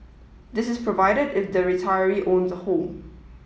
this is provided if the retiree owns a home